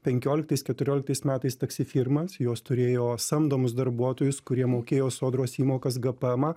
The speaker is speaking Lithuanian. penkioliktais keturioliktais metais taksi firmas jos turėjo samdomus darbuotojus kurie mokėjo sodros įmokas gpmą